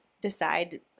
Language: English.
decide